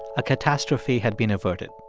a catastrophe had been averted.